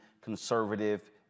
conservative